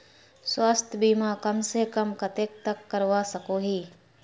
स्वास्थ्य बीमा कम से कम कतेक तक करवा सकोहो ही?